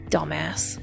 Dumbass